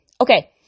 Okay